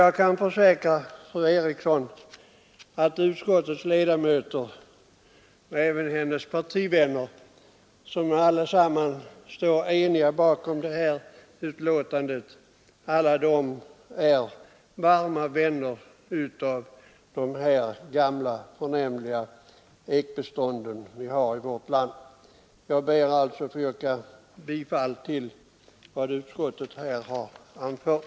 Jag kan försäkra fru Eriksson att utskottets ledamöter — även hennes partivänner, som alla står eniga bakom betänkandet — är varma vänner av de gamla förnämliga ekbestånd som vi har i vårt land. Jag ber alltså att få yrka bifall till vad utskottet hemställt.